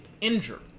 injured